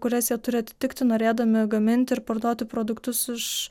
kurias jie turi atitikti norėdami gaminti ir parduoti produktus iš